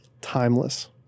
timeless